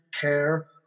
care